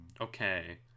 Okay